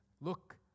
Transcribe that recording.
look